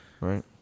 Right